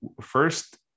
first